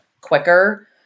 quicker